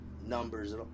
numbers